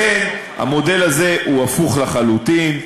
לכן, המודל הזה הוא הפוך לחלוטין.